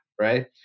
right